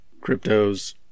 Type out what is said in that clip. Cryptos